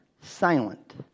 silent